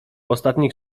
ostatnich